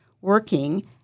working